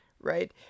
right